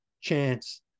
chance